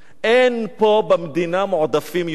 אין פה במדינה מועדפים יותר.